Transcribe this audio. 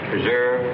Preserve